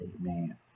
Amen